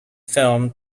film